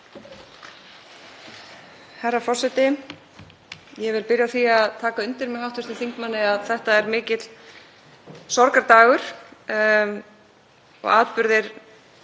Herra forseti. Ég vil byrja á að taka undir það með hv. þingmanni að þetta er mikill sorgardagur og atburðir